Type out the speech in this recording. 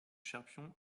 cherpion